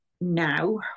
now